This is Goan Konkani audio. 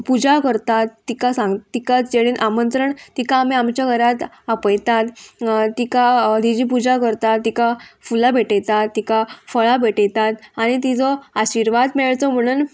पुजा करतात तिका सांग तिका जेणेन आमंत्रण तिका आमी आमच्या घरांत आपयतात तिका तिजी पुजा करतात तिका फुलां भेटयतात तिका फळां भेटयतात आनी तिजो आशिर्वाद मेळचो म्हणून